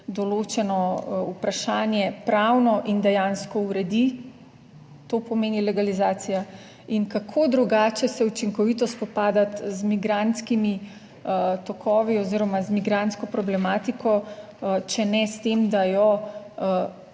določeno vprašanje pravno in dejansko uredi. To pomeni legalizacija. In kako drugače se učinkovito spopadati z migrantskimi tokovi oziroma z migrantsko problematiko, če ne s tem, da jo